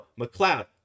McLeod